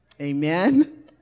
Amen